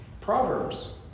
Proverbs